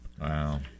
Wow